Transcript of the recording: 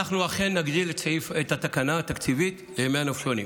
שאנחנו אכן נגדיל את התקנה התקציבית לימי הנופשונים,